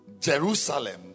Jerusalem